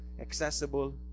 accessible